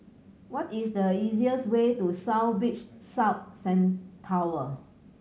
what is the easiest way to South Beach South Tower